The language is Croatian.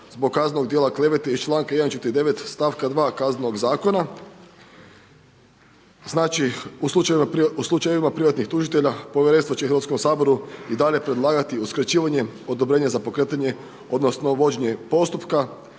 zbog kaznenog djela klevete iz članka 149. stavka 2. Kaznenog zakona. Znači u slučajevima privatnih tužitelja povjerenstvo će Hrvatskom saboru i dalje predlagati uskraćivanje odobrenja za pokretanje odnosno vođenje postupka.